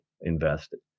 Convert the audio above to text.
invested